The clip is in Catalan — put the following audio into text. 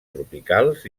tropicals